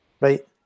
right